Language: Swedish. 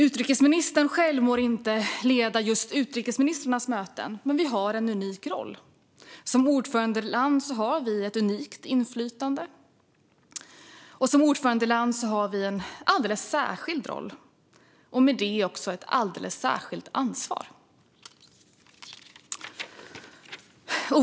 Utrikesministern må inte leda just utrikesministrarnas möten, men vi har en unik roll. Som ordförandeland har vi ett unikt inflytande och en alldeles särskild roll - och med det också ett alldeles särskilt ansvar.